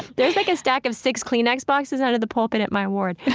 there's like a stack of six kleenex boxes under the pulpit at my ward.